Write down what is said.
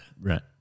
Right